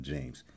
James